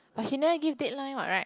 but she never give deadline what right